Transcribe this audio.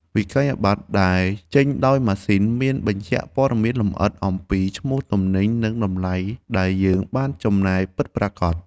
វិក្កយបត្រដែលចេញដោយម៉ាស៊ីនមានបញ្ជាក់ព័ត៌មានលម្អិតអំពីឈ្មោះទំនិញនិងតម្លៃដែលយើងបានចំណាយពិតប្រាកដ។